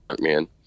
man